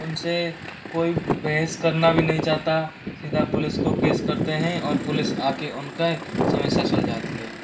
उनसे कोई बहस करना भी नहीं चाहता सीधा पुलिस को केस करते हैं और पुलिस आके उनका समस्या सुलझाती है